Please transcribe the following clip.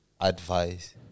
advice